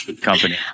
company